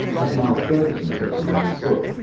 as niall ferguson puts it in his book,